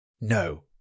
No